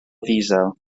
ddiesel